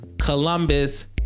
columbus